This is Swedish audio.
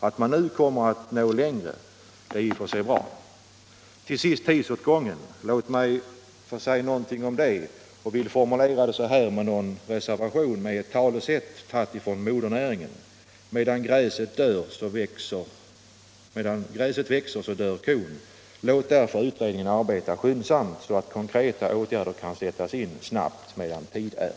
Att man nu kanske kommer att nå längre än väntat är i och för sig bra. Låt mig till sist få säga något om tidsåtgången. Jag vill formulera min tanke med hjälp av ett gammalt talesätt från modernäringen: Medan gräset växer dör kon. — Låt därför utredningen arbeta skyndsamt, så att konkreta åtgärder kan sättas in snabbt, medan tid är.